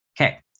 Okay